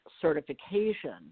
certification